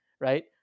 right